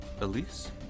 Elise